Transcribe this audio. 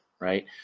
right